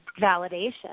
validation